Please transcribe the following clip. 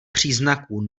příznaků